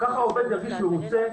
כך העובד ירגיש מרוצה,